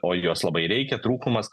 o jos labai reikia trūkumas